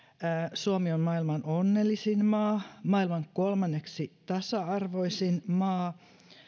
suomi on maailman onnellisin maa maailman kolmanneksi tasa arvoisin maa